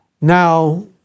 now